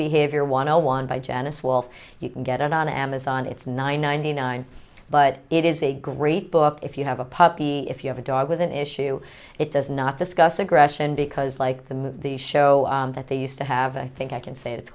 behavior one zero one by janice wolf you can get it on amazon it's nine ninety nine but it is a great book if you have a puppy if you have a dog with an issue it does not discuss aggression because like the movie the show that they used to have a i think i can say it's